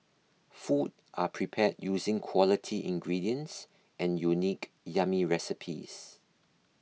food are prepared using quality ingredients and unique yummy recipes